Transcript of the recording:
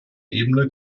ebene